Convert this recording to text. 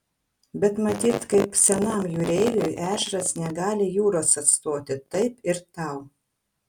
bet matyt kaip senam jūreiviui ežeras negali jūros atstoti taip ir tau